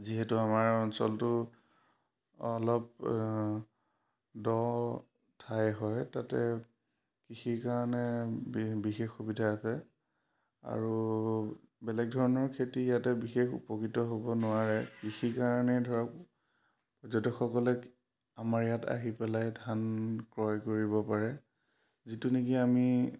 যিহেতু আমাৰ অঞ্চলটো অলপ দ ঠাই হয় তাতে কৃষিৰ কাৰণে বিশেষ সুবিধা আছে আৰু বেলেগ ধৰণৰ খেতি ইয়াতে বিশেষ উপকৃত হ'ব নোৱাৰে কৃষিৰ কাৰণে ধৰক পৰ্যটকসকলে আমাৰ ইয়াত আহি পেলাই ধান ক্ৰয় কৰিব পাৰে যিটো নেকি আমি